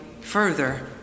further